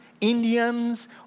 Indians